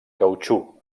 cautxú